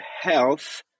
health